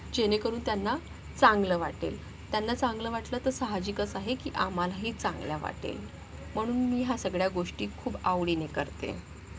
जेणेकरून त्यांना चांगलं वाटेल त्यांना चांगलं वाटलं तर साहजिकच आहे की आम्हालाही चांगलं वाटेल म्हणून मी ह्या सगळ्या गोष्टी खूप आवडीने करते